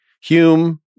Hume